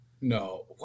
No